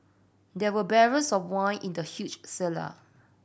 there were barrels of wine in the huge cellar